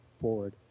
forward